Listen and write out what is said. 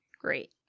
Great